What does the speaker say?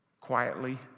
quietly